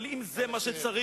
אבל אם זה מה שצריך